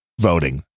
voting